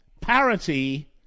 parity